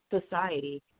society